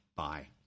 bye